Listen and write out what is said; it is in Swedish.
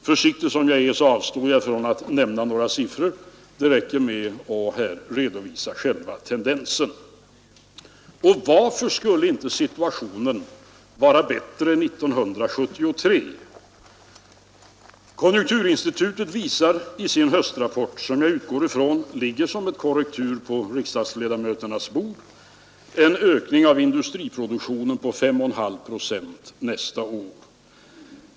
Försiktig som jag är avstår jag från att nämna några siffror. Det räcker med att här redovisa själva tendensen. Och varför skulle inte situationen vara bättre 1973? Konjunkturinstitutet visar i sin höstrapport — jag utgår ifrån att den ligger som korrektur på riksdagsledamöternas bord — en ökning av industriproduktionen på 5,5 procent nästa år.